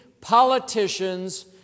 politicians